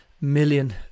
million